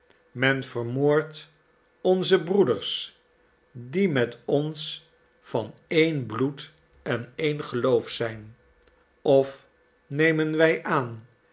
men vermoordt onze broeders die met ons van een bloed en een geloof zijn of nemen wij aan